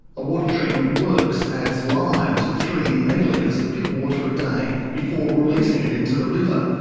a water treatment works adds lime to three megalitres of pit water a day before releasing it into the river.